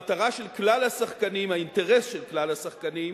המטרה של כלל השחקנים, האינטרס של כלל השחקנים,